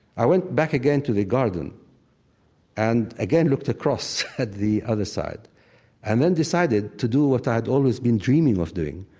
i went back again to the garden and again looked across at the other side and then decided to do what i'd always been dreaming of doing,